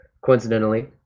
coincidentally